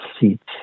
seats